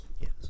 yes